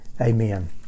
Amen